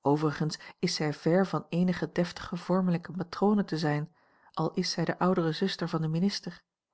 overigens is zij ver van eenige deftige vormelijke matrone te zijn al is zij de oudere zuster van den minister